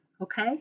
Okay